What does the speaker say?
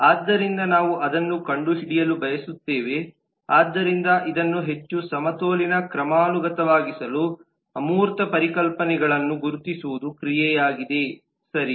ಆದ್ದರಿಂದ ನಾವು ಅದನ್ನು ಕಂಡುಹಿಡಿಯಲು ಬಯಸುತ್ತೇವೆ ಆದ್ದರಿಂದ ಇದನ್ನು ಹೆಚ್ಚು ಸಮತೋಲಿತ ಕ್ರಮಾನುಗತವಾಗಿಸಲು ಅಮೂರ್ತ ಪರಿಕಲ್ಪನೆಗಳನ್ನು ಗುರುತಿಸುವುದು ಕ್ರಿಯೆಯಾಗಿದೆ ಸರಿ